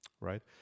right